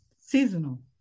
seasonal